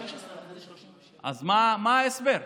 אז מה ההסבר?